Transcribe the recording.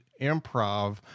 improv